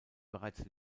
bereits